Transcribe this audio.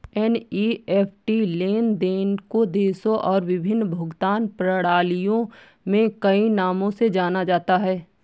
NEFT लेन देन को देशों और विभिन्न भुगतान प्रणालियों में कई नामों से जाना जाता है